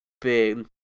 big